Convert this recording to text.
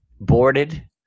boarded